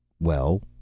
well.